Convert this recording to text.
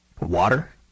Water